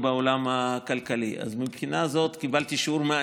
מפלטו עד נאט"ו,